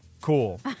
cool